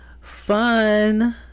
Fun